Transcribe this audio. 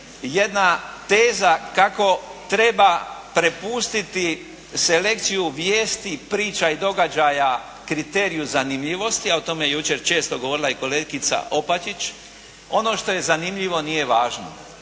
jedna teza kako treba prepustiti selekciju vijesti, priča i događaja kriteriju zanimljivosti a o tome je jučer često govorila i kolegica Opačić ono što je zanimljivo nije važno.